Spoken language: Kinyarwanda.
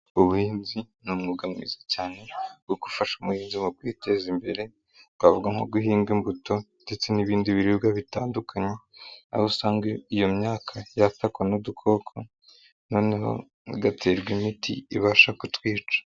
Ubuhinzi ni umwuga mwiza cyane bwo gufasha umuhinzi wo kwiteza imbere, twavuga nko guhinga imbuto ndetse n'ibindi biribwa bitandukanye. Aho usanga iyo myaka yafatwa n'udukoko, noneho igaterwa imiti ibasha kutwica.